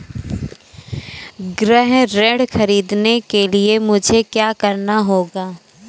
गृह ऋण ख़रीदने के लिए मुझे क्या करना होगा?